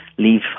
leave